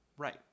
Right